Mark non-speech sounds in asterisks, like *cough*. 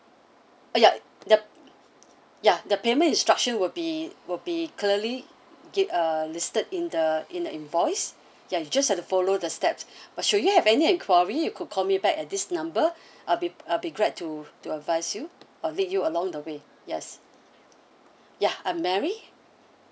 ya the ya the payment instruction will be will be clearly ga~ uh listed in the in the invoice ya you just have the follow the steps *breath* but should you have any enquiry you could call me back at this number *breath* I'll be I'll be glad to to advise you or lead you along the way yes ya I'm marie